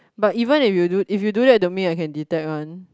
but even if you do if you do that to me I can detect one